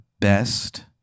best